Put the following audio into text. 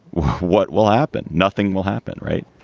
what will happen? nothing will happen, right?